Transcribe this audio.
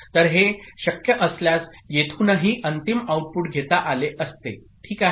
तर हे शक्य असल्यास येथूनही अंतिम आऊटपुट घेता आले असते ठीक आहे